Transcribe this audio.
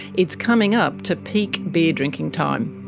it's coming up to peak beer drinking time.